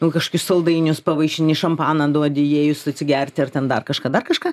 nu kašokių saldainius pavaišini šampaną duodi įėjus atsigerti ar ten dar kažką dar kažką